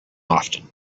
often